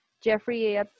jeffrey